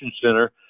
center